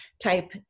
type